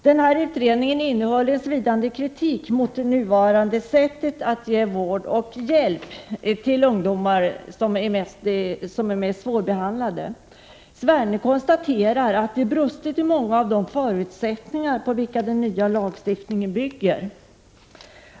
Den innehöll en svidande kritik mot det nuvarande sättet att ge vård och hjälp till de ungdomar som är mest svårbehandlade. Sverne konstaterar att det brustit i många av de förutsättningar på vilka den nya lagstiftningen bygger.